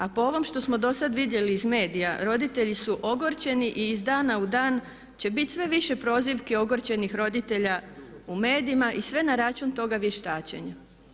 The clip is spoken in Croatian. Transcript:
A po ovom što smo dosad vidjeli iz medija roditelji su ogorčeni i iz dana u dan će biti sve više prozivki ogorčenih roditelja u medijima i sve na račun toga vještačenja.